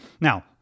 Now